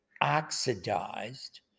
oxidized